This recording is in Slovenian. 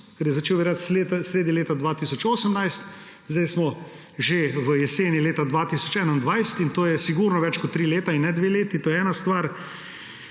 ker je začel veljati sredi leta 2018, zdaj smo že v jeseni leta 2021 in to je sigurno več kot tri leta in ne dve leti. To je ena stvar.